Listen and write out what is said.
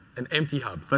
an empty hub.